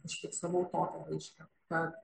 užfiksavau tokią raišką kad